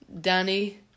Danny